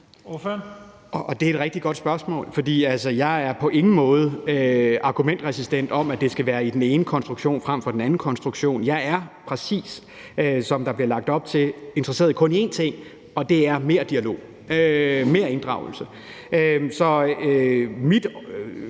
Det er et rigtig godt spørgsmål, for jeg er på ingen måde argumentresistent, i forhold til om det skal være den ene konstruktion frem for den anden konstruktion. Jeg er, præcis som der bliver lagt op til, interesseret i kun én ting, og det er mere dialog og mere inddragelse.